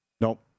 Nope